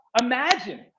imagine